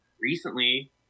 Recently